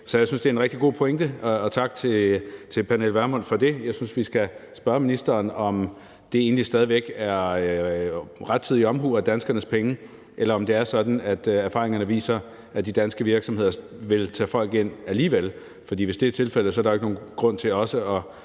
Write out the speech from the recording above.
Så jeg synes, det er en rigtig god pointe, og tak til Pernille Vermund for det. Jeg synes, vi skal spørge ministeren, om det egentlig stadig væk er rettidig omhu med danskernes penge, eller om det er sådan, at erfaringerne viser, at de danske virksomheder vil tage folk ind alligevel. For hvis det er tilfældet, er der jo ikke nogen grund til også at